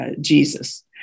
Jesus